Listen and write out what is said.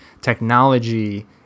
technology